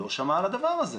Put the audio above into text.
לא שמע על הדבר הזה.